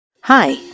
Hi